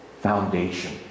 foundation